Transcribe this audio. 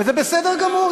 וזה בסדר גמור.